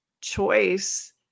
choice